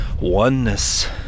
oneness